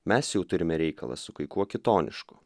mes jau turime reikalą su kai kuo kitonišku